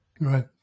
Right